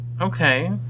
Okay